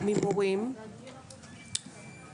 אני עכשיו לא אציג מפאת קוצר זמן.